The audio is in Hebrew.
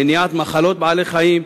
מניעת מחלות בעלי-חיים,